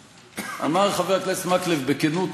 אמר חבר הכנסת מקלב, בכנות